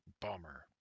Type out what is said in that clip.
Bummer